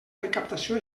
recaptació